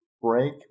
break